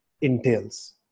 entails